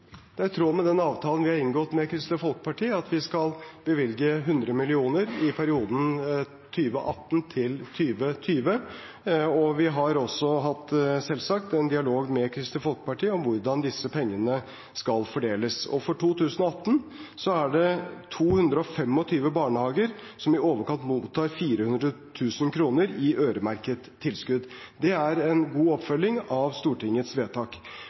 vi har inngått med Kristelig Folkeparti, at vi skal bevilge 100 mill. kr i perioden 2018–2020. Vi har også selvsagt hatt en dialog med Kristelig Folkeparti om hvordan disse pengene skal fordeles. For 2018 er det 225 barnehager som mottar i overkant av 400 000 kr i øremerket tilskudd. Det er en god oppfølging av Stortingets vedtak.